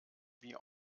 wie